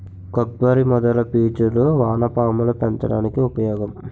కొబ్బరి మొదల పీచులు వానపాములు పెంచడానికి ఉపయోగం